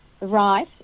right